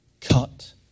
Cut